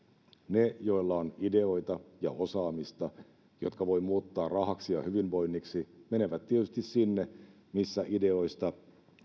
ne joilla on ideoita ja osaamista jotka voi muuttaa rahaksi ja hyvinvoinniksi menevät tietysti sinne missä ideoista